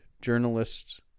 journalists